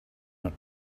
not